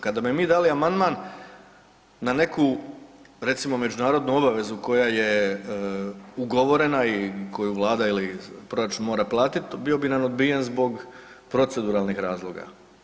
Kada bi mi dali amandman na neku recimo međunarodnu obavezu koja je ugovorena i koju Vlada ili proračun mora platiti, bio bi nam odbijen zbog proceduralnih razloga.